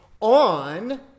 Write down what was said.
on